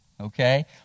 okay